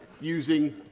using